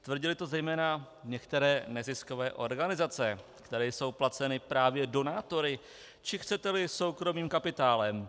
Tvrdily to zejména některé neziskové organizace, které jsou placeny právě donátory, či chceteli, soukromým kapitálem.